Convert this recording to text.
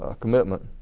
ah commitment.